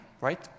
right